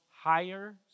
higher